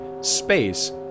space